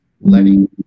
letting